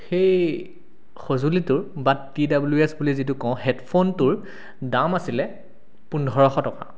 সেই সঁজুলিটো বা টি ডাব্লিউ এছ বুলি যিটো কওঁ হেডফোনটোৰ দাম আছিলে পোন্ধৰশ টকা